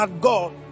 God